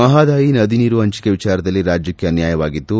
ಮಹದಾಯಿ ನದಿ ನೀರು ಪಂಚಕೆ ವಿಚಾರದಲ್ಲಿ ರಾಜ್ಯಕ್ಷೆ ಅನ್ನಾಯವಾಗಿದ್ದು